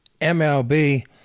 MLB